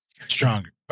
stronger